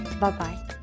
Bye-bye